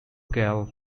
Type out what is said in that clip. gal